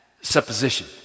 supposition